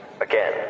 Again